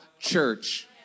church